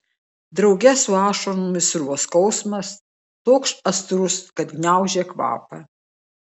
drauge su ašaromis sruvo skausmas toks aštrus kad gniaužė kvapą